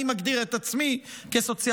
אני מגדיר את עצמי כסוציאל-דמוקרט.